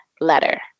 letter